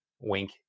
wink